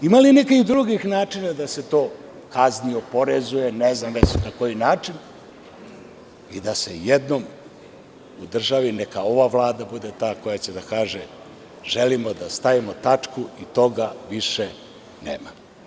Ima li nekih drugih načina da se to kazni, oporezuje ne znam već na koji način i da se jednom u državi, neka ova Vlada bude ta koja će da kaže – želimo da stavimo tačku i toga više nema.